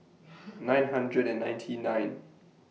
nine hundred and nineteen nine